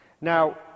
Now